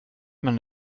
man